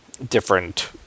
different